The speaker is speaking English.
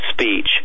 speech